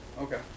Okay